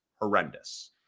horrendous